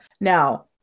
now